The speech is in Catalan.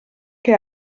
que